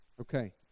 Okay